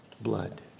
Blood